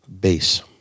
Base